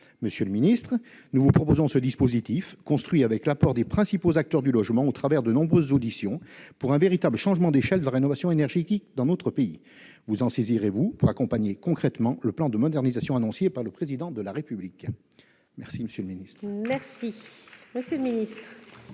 Monsieur le ministre, nous vous proposons ce dispositif, construit avec les apports des principaux acteurs du logement au travers de nombreuses auditions, pour un véritable changement d'échelle de la rénovation énergétique dans notre pays. Vous en saisirez-vous pour accompagner concrètement le plan de modernisation annoncé par le Président de la République ? La parole est à M. le ministre.